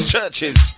churches